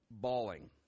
bawling